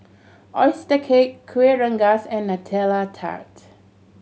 oyster cake Kuih Rengas and Nutella Tart